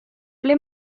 ble